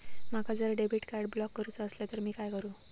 माका जर debit card block करूचा असला तर मी काय करू?